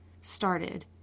started